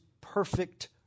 perfect